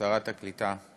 שרת עלייה והקליטה,